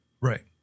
Right